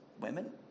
women